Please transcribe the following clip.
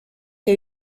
que